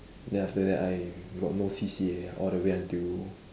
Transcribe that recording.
then after that I got no C_C_A all the way until